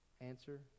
Answer